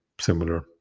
similar